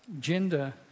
Gender